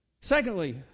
secondly